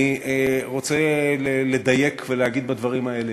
אני רוצה לדייק ולהגיד בדברים האלה: